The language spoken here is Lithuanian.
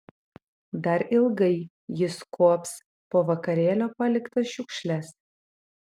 dar ilgai jis kuops po vakarėlio paliktas šiukšles